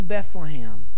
Bethlehem